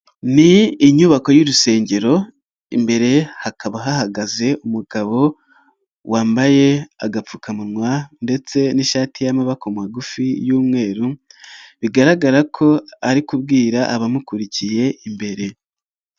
Ni inyubako y'urusengero imbere hakaba hahagaze umugabo wambaye agapfukamunwa ndetse n'ishati y'amaboko magufi y'umweru, bigaragara ko ari kubwira abamukurikiye imbere.